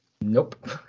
Nope